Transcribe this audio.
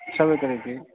छैबे करै कि